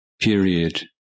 period